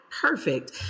Perfect